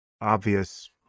obvious